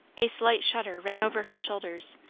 a slight shudder ran over her shoulders,